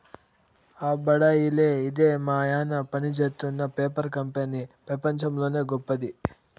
ఆ బడాయిలే ఇదే మాయన్న పనిజేత్తున్న పేపర్ కంపెనీ పెపంచంలోనే గొప్పది